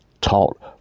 taught